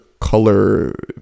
color